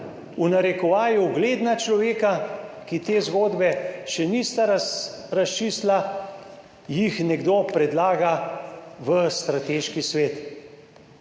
v narekovaju, ugledna človeka, ki te zgodbe še nista razčistila, jih nekdo predlaga v strateški svet.